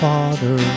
Father